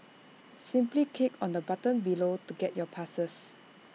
simply click on the button below to get your passes